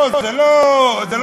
זה לא באשמתך,